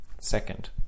Second